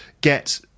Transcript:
get